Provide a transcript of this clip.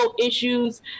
issues